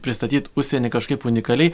pristatyt užsieny kažkaip unikaliai